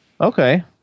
Okay